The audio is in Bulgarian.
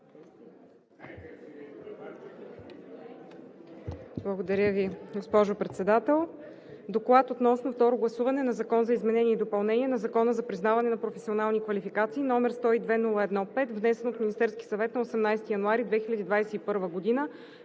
Благодаря, госпожо Председател. „Доклад относно второ гласуване на Закон за изменение и допълнение на Закона за признаване на професионални квалификации, № 102-01-5, внесен от Министерския съвет на 18 януари 2021г.,